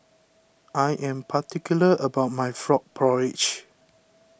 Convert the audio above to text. I am particular about my Frog Porridge